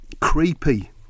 creepy